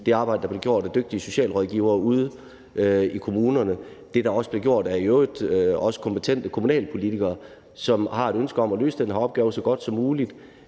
det arbejde, der bliver gjort af dygtige socialrådgivere ude i kommunerne, og det, der også bliver gjort af i øvrigt kompetente kommunalpolitikere, som har et ønske om at løse den her opgave så godt som muligt,